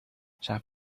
zijn